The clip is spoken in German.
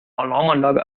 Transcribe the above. alarmanlage